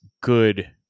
good